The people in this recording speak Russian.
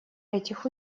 этих